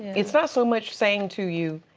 it's not so much saying to you,